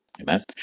Amen